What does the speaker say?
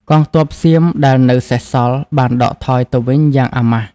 កងទ័ពសៀមដែលនៅសេសសល់បានដកថយទៅវិញយ៉ាងអាម៉ាស់។